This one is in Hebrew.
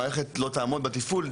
המערכת לא תעמוד בתפעול.